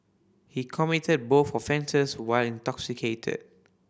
he committed both offences while intoxicated